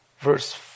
verse